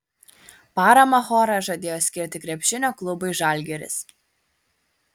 paramą choras žadėjo skirti krepšinio klubui žalgiris